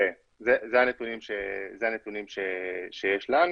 כן, זה הנתונים שיש לנו.